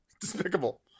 Despicable